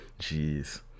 Jeez